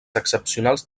excepcionals